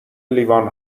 لیوان